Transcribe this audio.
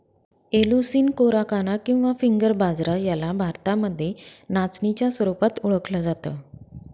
Eleusine coracana किंवा finger बाजरा याला भारतामध्ये नाचणीच्या स्वरूपात ओळखल जात